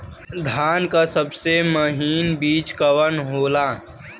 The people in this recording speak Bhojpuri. धान के सबसे महीन बिज कवन होला?